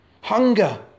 Hunger